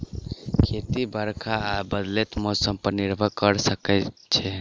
खेती बरखा आ बदलैत मौसम पर निर्भर करै छै